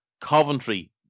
Coventry